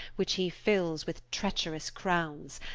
which he filles with treacherous crownes,